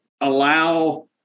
allow